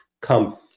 come